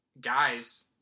guys